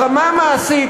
ברמה המעשית,